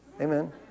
Amen